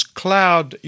cloud